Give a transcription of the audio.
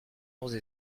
onze